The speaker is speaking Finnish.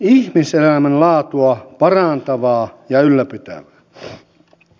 ihmiselämän laatua parantavaa ja ylläpitävää